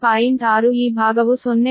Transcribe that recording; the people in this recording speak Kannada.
6 ಈ ಭಾಗವು 0